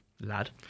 Lad